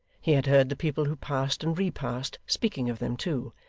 he had heard the people who passed and repassed, speaking of them too,